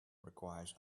requires